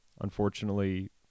unfortunately